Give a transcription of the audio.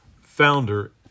founder